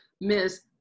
miss